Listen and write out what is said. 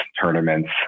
tournaments